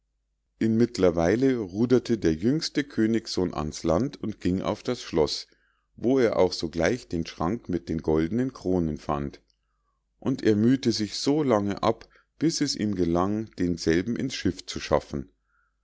weiter inmittlerweile ruderte der jüngste königssohn ans land und ging auf das schloß wo er auch sogleich den schrank mit den goldnen kronen fand und er müh'te sich so lange ab bis es ihm gelang denselben ins boot zu schaffen